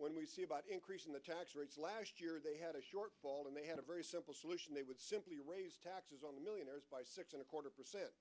when we see about increasing the tax rates last year they had a shortfall and they had a very simple solution they would simply raise taxes on millionaires and a quarter percent